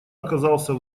оказался